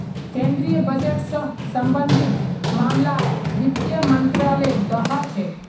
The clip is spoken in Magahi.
केन्द्रीय बजट स सम्बन्धित मामलाक वित्त मन्त्रालय द ख छेक